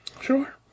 Sure